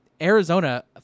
Arizona